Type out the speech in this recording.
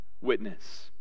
witness